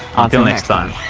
until next time!